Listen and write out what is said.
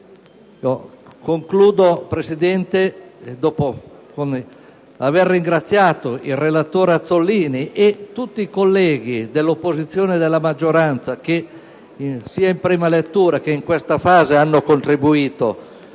signora Presidente, con un ringraziamento al relatore Azzollini e a tutti i colleghi dell'opposizione e della maggioranza che sia in prima lettura che in questa ultima fase hanno contribuito